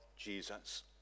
Jesus